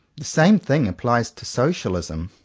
the same thing applies to socialism.